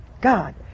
God